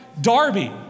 Darby